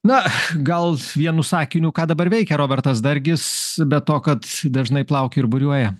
na gal vienu sakiniu ką dabar veikia robertas dargis be to kad dažnai plaukioja ir buriuoja